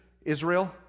Israel